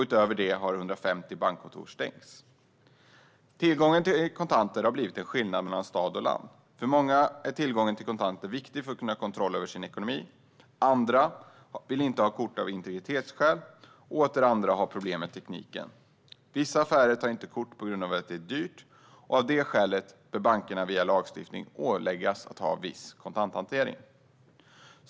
Utöver det har 150 bankkontor stängts. Tillgången till kontanter har blivit en skillnad mellan stad och land. För många är tillgången till kontanter viktig för att kunna ha kontroll över sin ekonomi. Andra vill inte ha kort av integritetsskäl, och åter andra har problem med tekniken. Vissa affärer tar inte kort på grund av att det är dyrt. Av det skälet bör bankerna via lagstiftning åläggas att ha viss kontanthantering.